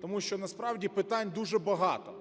тому що насправді питань дуже багато,